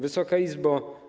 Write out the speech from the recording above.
Wysoka Izbo!